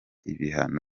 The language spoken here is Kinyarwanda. ibihano